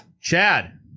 chad